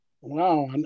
Wow